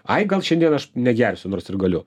ai gal šiandien aš negersiu nors ir galiu